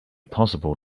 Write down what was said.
possible